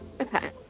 Okay